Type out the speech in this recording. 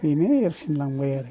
बेनो एरसिनलांबाय